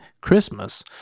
Christmas